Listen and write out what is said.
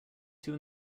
two